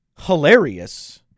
Hilarious